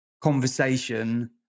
conversation